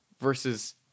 versus